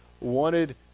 wanted